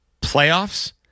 playoffs